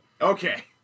Okay